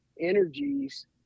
energies